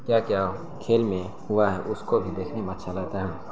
کیا کیا کھیل میں ہوا ہے اس کو بھی دیکھنے میں اچھا لگتا ہے